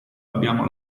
abbiamo